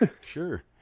Sure